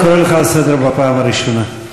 אני קורא אותך לסדר בפעם הראשונה.